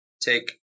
Take